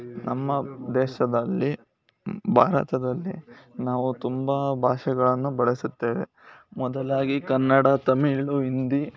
ನಮ್ಮ ದೇಶದಲ್ಲಿ ಭಾರತದಲ್ಲಿ ನಾವು ತುಂಬ ಭಾಷೆಗಳನ್ನು ಬಳಸುತ್ತೇವೆ ಮೊದಲಾಗಿ ಕನ್ನಡ ತಮಿಳು ಹಿಂದಿ